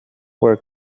where